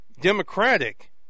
Democratic